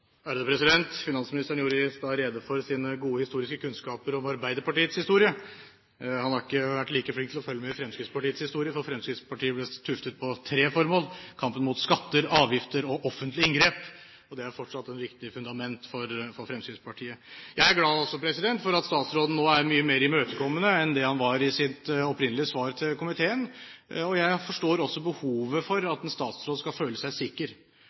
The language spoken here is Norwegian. Finansministeren gjorde i stad rede for sine gode kunnskaper om Arbeiderpartiets historie. Han har ikke vært like flink til å følge med på Fremskrittspartiets historie. Fremskrittspartiet ble tuftet på tre forhold: kampen mot skatter, avgifter og offentlige inngrep. Det er fortsatt et viktig fundament for Fremskrittspartiet. Jeg er glad for at statsråden nå er mye mer imøtekommende enn han var i sitt opprinnelige svar til komiteen. Jeg forstår også behovet for at en statsråd skal føle seg sikker.